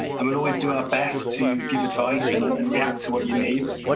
i will always do our best to give advice and and react to what you need.